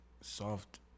soft